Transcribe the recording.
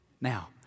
now